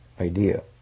idea